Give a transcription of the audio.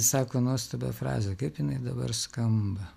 sako nuostabią frazę kaip jinai dabar skamba